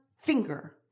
finger